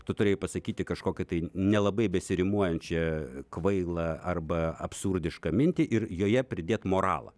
tu turėjai pasakyti kažkokią tai nelabai besirimuojančią kvailą arba absurdišką mintį ir joje pridėt moralą